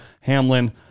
Hamlin